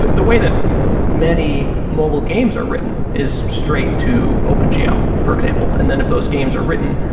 the the way that many mobile games are written is straight to open gl for example. and then if those games are written,